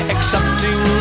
Accepting